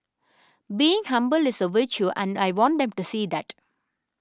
being humble is a virtue and I want them to see that